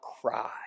cry